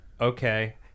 okay